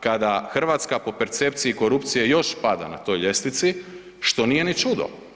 kada Hrvatska po percepciji korupcije još pada na toj ljestvici, što nije ni čudo.